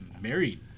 married